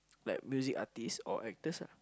like music artistes or actors ah